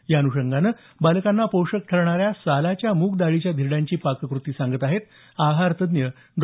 याअन्षंगानं बालकांना पोषक ठरणाऱ्या सालाच्या मूग दाळीच्या धिरड्यांची पाककृती सांगत आहेत आहातज्ज्ञ डॉ